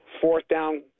fourth-down